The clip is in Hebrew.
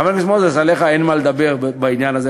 וחבר הכנסת מוזס, עליך אין מה לדבר בעניין הזה.